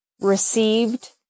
received